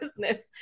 business